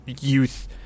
youth